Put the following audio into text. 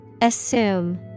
Assume